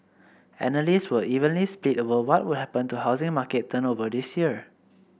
analysts were evenly split over what would happen to housing market turnover this year